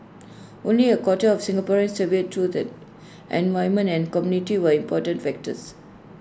only A quarter of Singaporeans surveyed thought that an environment and community were important factors